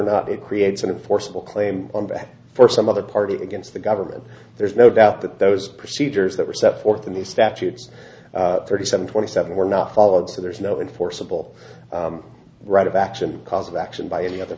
not it creates an enforceable claim on back for some other party against the government there is no doubt that those procedures that were set forth in the statutes thirty seven twenty seven were not followed so there is no enforceable right of action cause of action by any other